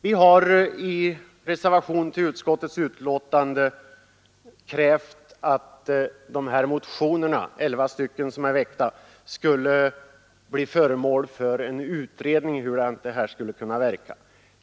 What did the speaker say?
Vi har i en reservation till utskottets betänkande krävt att de elva motioner som är väckta i detta ärende skulle bli föremål för en utredning.